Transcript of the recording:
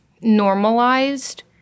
normalized